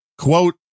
quote